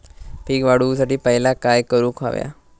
पीक वाढवुसाठी पहिला काय करूक हव्या?